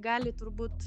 gali turbūt